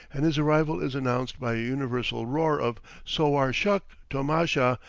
and his arrival is announced by a universal roar of sowar shuk! tomasha!